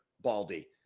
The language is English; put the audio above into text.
Baldy